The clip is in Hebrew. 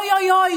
אוי אוי אוי,